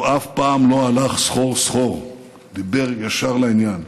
הוא אף פעם לא הלך סחור-סחור, דיבר ישר ולעניין.